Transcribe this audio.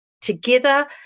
together